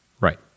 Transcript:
right